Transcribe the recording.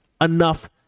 Enough